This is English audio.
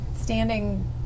standing